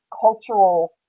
cultural